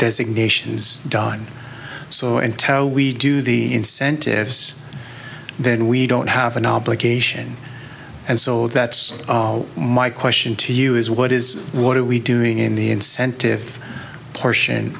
designations done so and tell we do the incentives then we don't have an obligation and so that's my question to you is what is what are we doing in the incentive portion